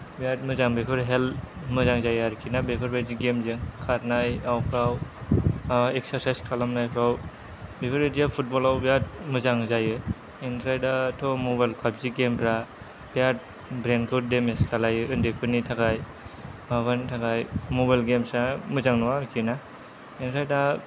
बेराद मोजां बेफोरो हेल्थ मोजां जायो आरोखिना बेफोरबादि गेमजों खारनाय माबाफ्राव एक्सारसाइस खालामनायफ्राव बेफोरबायदिया फुटबलाव बिराद मोजां जायो ओमफ्राय दाथ' मबाइल फाबजि गेमफ्रा बेराद ब्रेनखौ डेमेज खालायो उन्दैफोरनि थाखाय माबानि थाखाय मबाइल गेम्सा मोजां नङा आरोखिना बेनिफ्राय दा